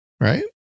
Right